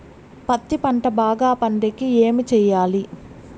పత్తి పంట బాగా పండే కి ఏమి చెయ్యాలి?